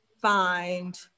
find